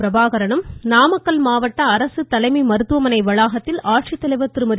பிரபாகரனும் நாமக்கல் மாவட்ட அரசு தலைமை மருத்துவமனை வளாகத்தில் ஆட்சித்தலைவர் திருமதி